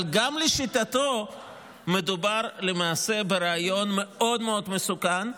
גם לשיטתו מדובר למעשה ברעיון מאוד מאוד מסוכן,